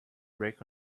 brick